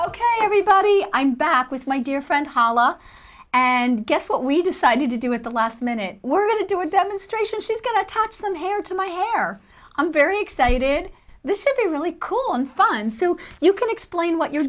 ok everybody i'm back with my dear friend hala and guess what we decided to do at the last minute we're going to do a demonstration she's going to touch some hair to my hair i'm very excited this should be really cool and fun so you can explain what you're